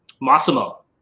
Massimo